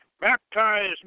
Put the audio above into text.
Baptized